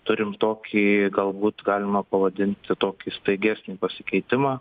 turim tokį galbūt galima pavadinti tokį staigesnį pasikeitimą